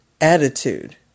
attitude